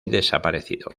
desaparecido